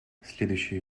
следующий